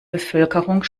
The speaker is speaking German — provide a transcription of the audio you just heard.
bevölkerung